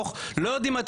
אבל נותנים פיליבסטר ארוך,